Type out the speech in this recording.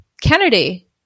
Kennedy